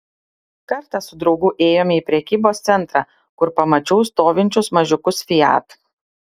kartą su draugu ėjome į prekybos centrą kur pamačiau stovinčius mažiukus fiat